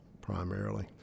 primarily